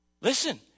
Listen